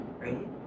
right